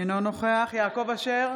אינו נוכח יעקב אשר,